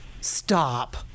Stop